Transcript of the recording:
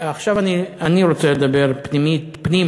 עכשיו אני רוצה לדבר פנימה,